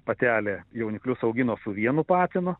patelė jauniklius augino su vienu patinu